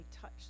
touch